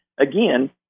again